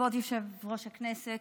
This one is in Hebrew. כבוד יושב-ראש הכנסת,